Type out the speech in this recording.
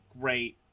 great